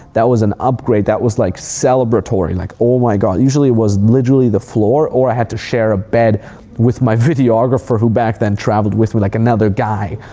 that was an upgrade, that was like celebratory, like oh my god. usually, it was literally the floor or i had to share a bed with my videographer who back then traveled with me, like another guy.